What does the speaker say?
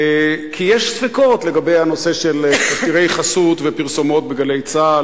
כי יש ספקות לגבי הנושא של תשדירי חסות ופרסומות ב"גלי צה"ל",